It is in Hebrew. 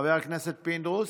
חבר הכנסת פינדרוס,